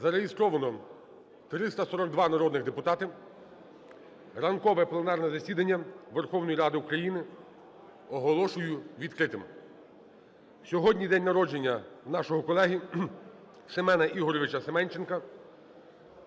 Зареєстровано 342 народних депутати. Ранкове пленарне засідання Верховної Ради України оголошую відкритим. Сьогодні день народження нашого колеги Семена ІгоровичаСеменченка.